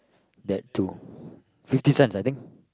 that to fifty cents I think